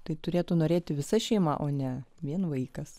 tai turėtų norėti visa šeima o ne vien vaikas